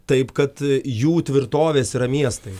taip kad jų tvirtovės yra miestai